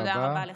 תודה רבה לך.